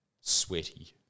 Sweaty